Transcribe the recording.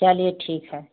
चलिए ठीक है